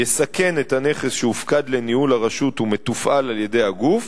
יסכן את הנכס שהופקד לניהול הרשות ומתופעל על-ידי הגוף,